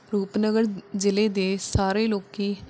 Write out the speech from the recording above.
ਰੂਪਨਗਰ ਜ਼ਿਲ੍ਹੇ ਦੇ ਸਾਰੇ ਲੋਕ